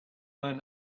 man